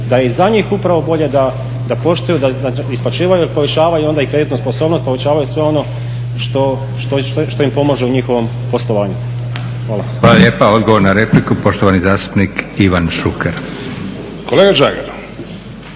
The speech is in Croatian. da je i za njih upravo bolje da poštuju, da isplaćivaju jer povećavaju onda i kreditnu sposobnost, povećavaju sve ono što im pomaže u njihovom poslovanju. Hvala. **Leko, Josip (SDP)** Hvala lijepa. Odgovor na repliku poštovani zastupnik Ivan Šuker. **Šuker, Ivan